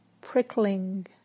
prickling